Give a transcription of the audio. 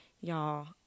y'all